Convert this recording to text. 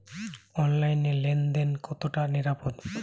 অনলাইনে লেন দেন কতটা নিরাপদ?